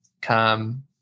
come